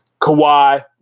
Kawhi